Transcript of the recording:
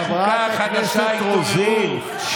חבר הכנסת אייכלר, בבקשה.